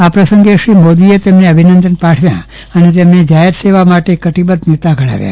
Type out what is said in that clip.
આ પ્રસંગે શ્રી મોદીએ તેમને અભિનંદન પાઠવ્યા અને તેમને જાહેર સેવા માટે કટિબદ્ધ નેતા ગણાવ્યા